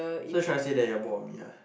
so you're trying to say you're bored of me ah